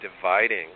dividing